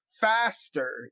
faster